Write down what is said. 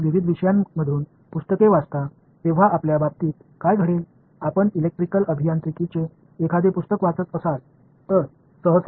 வேறு ஒரு விஷயத்தை நான் குறிப்பிட விரும்புகிறேன் நீங்கள் வெவ்வேறு பிரிவுகளில் இருந்து புத்தகங்களைப் படிக்கும்போது உங்களுக்கு என்ன நடக்கும்